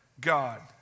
God